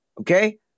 Okay